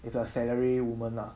it's a salary woman lah